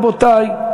רבותי,